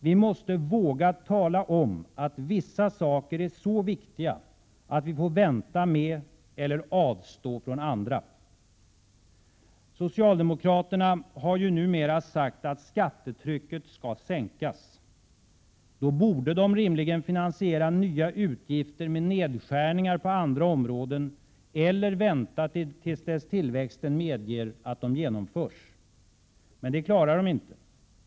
Vi måste våga tala om att vissa saker är så viktiga att vi får vänta med eller avstå från andra. Socialdemokraterna har numera sagt att skattetrycket skall sänkas. Då borde de rimligen finansiera nya utgifter med nedskärningar på andra områden eller vänta till dess tillväxten medger att de genomförs. Men det klarar de inte.